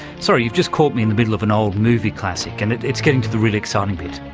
sorry, you've just caught me in the middle of an old movie classic, and it's getting to the really exciting bit.